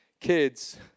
Kids